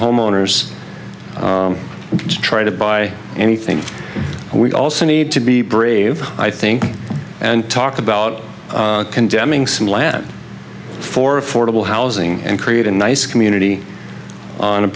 homeowners to try to buy anything and we also need to be brave i think and talk about condemning some lab for affordable housing and create a nice community on